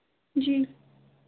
जी